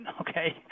okay